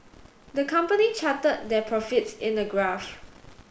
the company charted their profits in a graph